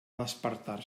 despertar